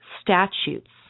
statutes